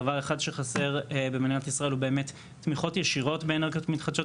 דבר אחד שחסר במדינת ישראל הוא תמיכות ישירות באנרגיות מתחדשות,